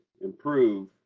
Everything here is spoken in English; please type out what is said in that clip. improve